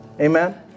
Amen